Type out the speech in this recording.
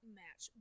match